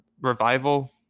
revival